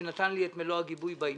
שנתן לי את מלוא הגיבוי בעניין.